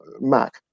Mac